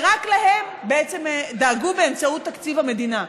שרק להם בעצם דאגו באמצעות תקציב המדינה.